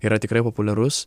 yra tikrai populiarus